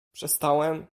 przestałem